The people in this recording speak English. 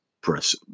press